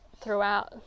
throughout